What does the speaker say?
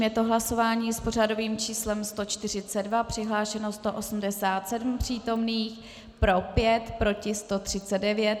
Je to hlasování s pořadovým číslem 142, přihlášeno 187 přítomných, pro 5, proti 139.